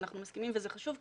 ואנחנו מסכימים וזה חשוב,